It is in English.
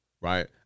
right